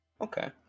okay